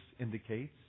indicates